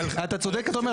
אתה צודק במה שאתה אומר,